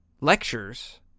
lectures